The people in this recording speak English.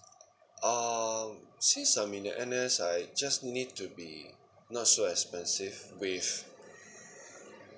um since I'm in the N_S I just need to be not so expensive with